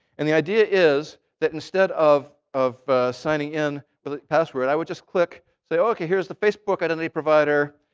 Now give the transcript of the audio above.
and the idea is that instead of of signing in with a password, i would just click, say, ok, here's the facebook identity provider.